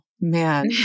man